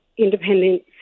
independent